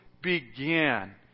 began